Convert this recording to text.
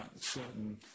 certain